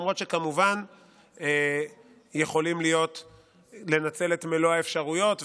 למרות שכמובן יכולים לנצל את מלוא האפשרויות,